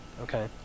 Okay